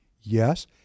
Yes